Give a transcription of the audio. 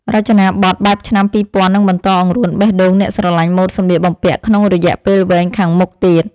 រចនាប័ទ្មបែបឆ្នាំពីរពាន់នឹងបន្តអង្រួនបេះដូងអ្នកស្រឡាញ់ម៉ូដសម្លៀកបំពាក់ក្នុងរយៈពេលវែងខាងមុខទៀត។